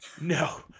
No